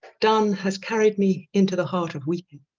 donne has carried me into the heart of weeping